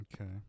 Okay